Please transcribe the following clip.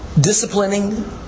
disciplining